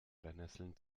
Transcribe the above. brennesseln